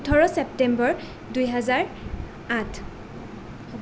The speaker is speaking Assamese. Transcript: ওঠৰ ছেপ্টেম্বৰ দুই হাজাৰ আঠ